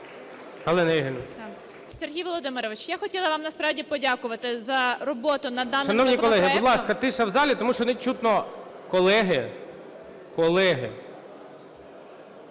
Сергію Володимировичу, я хотіла вам насправді подякувати за роботу над даним законопроектом… ГОЛОВУЮЧИЙ. Шановні колеги, будь ласка, тиша в залі, тому що не чутно. Колеги… Колеги…